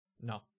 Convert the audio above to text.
No